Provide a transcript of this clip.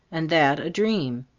and that a dream?